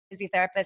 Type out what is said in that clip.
physiotherapist